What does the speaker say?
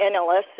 NLS